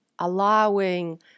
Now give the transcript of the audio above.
allowing